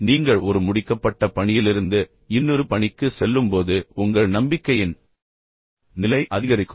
இப்போது நீங்கள் ஒரு முடிக்கப்பட்ட பணியிலிருந்து இன்னொரு பணிக்கு செல்லும்போது உங்கள் நம்பிக்கையின் நிலை அதிகரிக்கும்